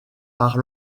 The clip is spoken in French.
par